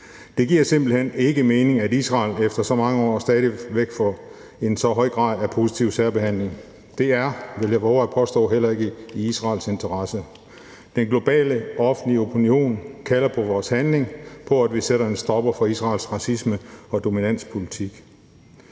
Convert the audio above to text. Det giver simpelt hen ikke mening, at Israel efter så mange år stadig væk får en så høj grad af positiv særbehandling. Det er, vil jeg vove at påstå, heller ikke i Israels interesse. Den globale offentlige opinion kalder på vores handling, på, at vi sætter en stopper for Israels racisme og dominanspolitik.